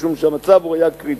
משום שהמצב היה קריטי.